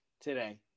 today